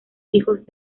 hijos